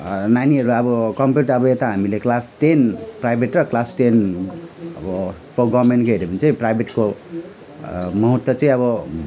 नानीहरू अब compare to अब यता हामीले क्लास टेन प्राइभेट र क्लास टेन अब फर गभर्मेन्ट हेऱ्यो भने चाहिँ प्राइभेटको महत्व चाहिँ अब